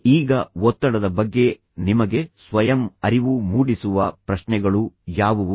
ಈಗ ಒತ್ತಡದ ಬಗ್ಗೆ ನಿಮಗೆ ಸ್ವಯಂ ಅರಿವು ಮೂಡಿಸುವ ಪ್ರಶ್ನೆಗಳು ಯಾವುವು